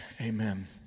Amen